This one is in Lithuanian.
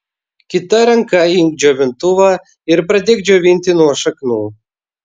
kita ranka imk džiovintuvą ir pradėk džiovinti nuo šaknų